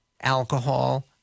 alcohol